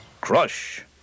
Crush